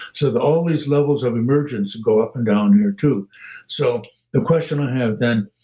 so the all these levels of emergence go up and down here, too so the question i have then,